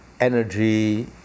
Energy